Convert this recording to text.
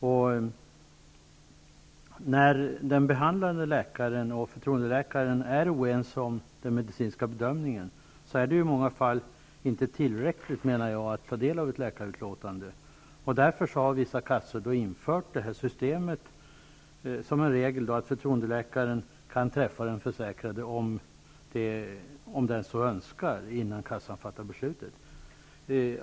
När den behandlande läkaren och förtroendeläkaren är oense om den medicinska bedömningen är det i många fall inte tillräckligt, menar jag, för kassan att ta del av ett läkarutlåtande. Därför har vissa kassor som en regel infört systemet att förtroendeläkaren kan träffa den försäkrade, om denne så önskar, innan kassan fattar beslut.